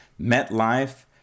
MetLife